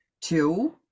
two